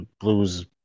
Blue's